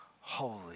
holy